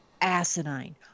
asinine